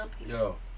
Yo